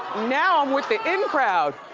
now i'm with the in crowd.